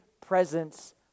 presence